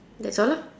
that's all lah